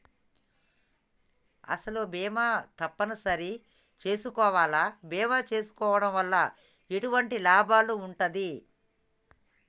అసలు బీమా తప్పని సరి చేసుకోవాలా? బీమా చేసుకోవడం వల్ల ఎటువంటి లాభం ఉంటది?